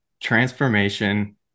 transformation